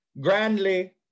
grandly